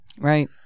Right